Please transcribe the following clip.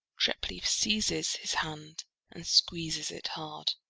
treplieff seizes his hand and squeezes it hard,